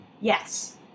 Yes